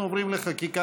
אנחנו עוברים לחקיקה.